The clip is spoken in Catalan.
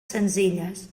senzilles